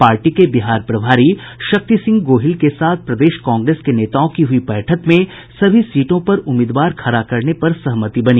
party के बिहार प्रभारी शक्ति सिंह गोहिल के साथ प्रदेश कांग्रेस के नेताओं की हुई बैठक में सभी सीटों पर उम्मीदवार खड़ा करने पर सहमति बनी